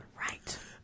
Right